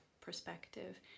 perspective